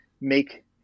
make